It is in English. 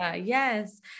yes